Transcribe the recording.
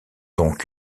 donc